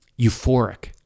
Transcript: euphoric